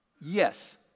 yes